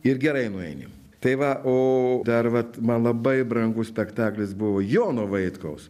ir gerai nueini tai va o dar vat man labai brangus spektaklis buvo jono vaitkaus